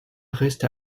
reste